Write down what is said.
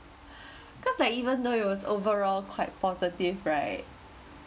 cause like even though it was overall quite positive right